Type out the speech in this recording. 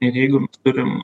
ir jeigu turim